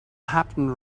happened